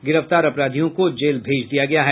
गिरफ्तार अपराधियों को जेल भेज दिया गया है